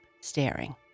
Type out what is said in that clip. staring